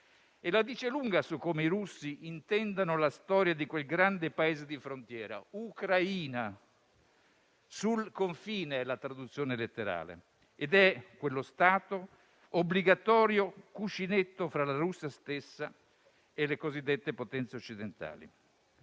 e la dicono lunga su come i russi intendano la storia di quel grande Paese di frontiera: «Ucraina», che secondo la traduzione letterale significa «sul confine», è lo Stato obbligatorio cuscinetto fra la Russia stessa e le cosiddette potenze occidentali.